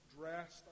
dressed